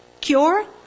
Cure